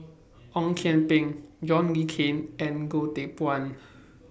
Ong Kian Peng John Le Cain and Goh Teck Phuan